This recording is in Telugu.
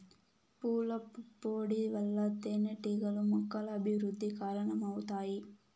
పూల పుప్పొడి వల్ల తేనెటీగలు మొక్కల అభివృద్ధికి కారణమవుతాయి